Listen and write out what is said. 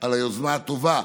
על היוזמה הטובה,